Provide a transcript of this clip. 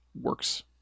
works